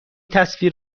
تصویر